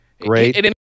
great